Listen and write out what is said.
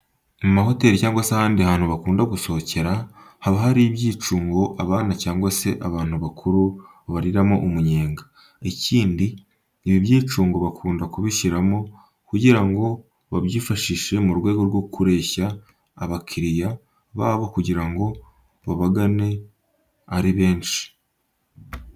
Mu mahoteli cyangwa se n'ahandi hantu usanga abantu bakunda gusohokera, haba hari ibyicungo abana cyangwa se abantu bakuru bariramo umunyenga. Ikindi, ibi byicungo bakunda kubishyiramo, kugira ngo babyifashishe mu rwego rwo kureshya abakiriya babo kugira ngo babagane ari benshi.